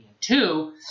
two